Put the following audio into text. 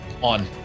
On